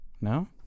No